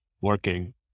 working